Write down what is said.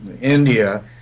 India